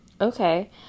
Okay